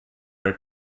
are